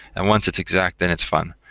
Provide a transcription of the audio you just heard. and once it's exact, then it's fun.